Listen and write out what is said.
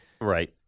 Right